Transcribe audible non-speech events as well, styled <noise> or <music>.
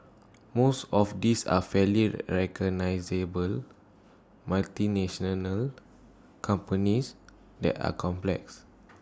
most of these are fairly recognisable <unintelligible> companies that are complex